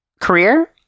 career